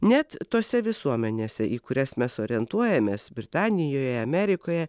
net tose visuomenėse į kurias mes orientuojamės britanijoje amerikoje